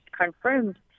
confirmed